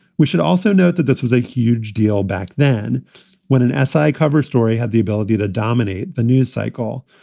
we should also note that this was a huge deal back then when an essay cover story had the ability to dominate the news cycle.